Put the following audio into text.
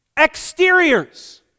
Exteriors